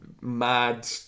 mad